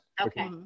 okay